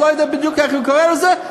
לא יודע בדיוק איך קוראים לזה,